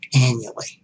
annually